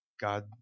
God